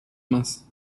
más